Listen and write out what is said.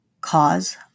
cause